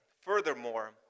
Furthermore